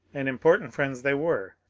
and im portant friends they were,